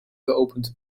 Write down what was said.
geopend